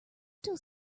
still